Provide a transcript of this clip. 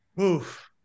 Oof